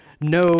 no